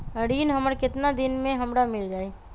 ऋण हमर केतना दिन मे हमरा मील जाई?